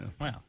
Wow